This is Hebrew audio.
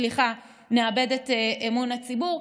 נאבד את אמון הציבור.